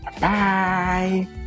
Bye